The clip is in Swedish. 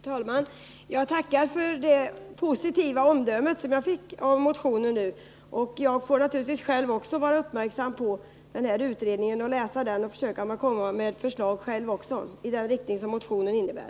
Fru talman! Jag tackar för det positiva omdömet om motionen och får naturligtvis själv vara uppmärksam när det gäller utredningen, läsa den och själv försöka komma med förslag i överensstämmelse med motionens intentioner.